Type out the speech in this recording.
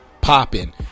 popping